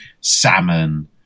salmon